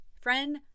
Friend